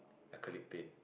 acrylic paint